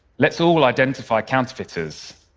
let's all identify counterfeiters,